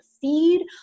feed